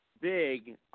big